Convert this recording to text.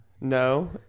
No